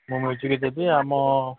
ମୁଁ ମ୍ୟୁଜିକ୍ ଦେବି ଆମ